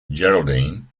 geraldine